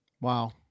Wow